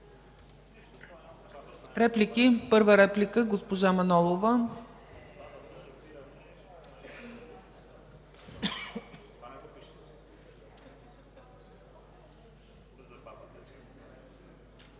Реплики? Първа реплика – госпожа Манолова.